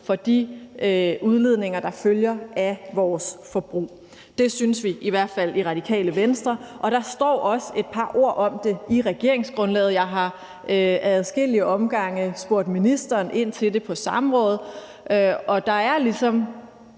for de udledninger, der følger af vores forbrug. Det synes vi i hvert fald i Radikale Venstre. Og der står også et par ord om det i regeringsgrundlaget. Jeg har ad adskillige omgange spurgt ministeren ind til det på samråd, og der er